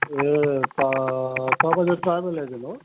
ए तपाईँ त travel agent हो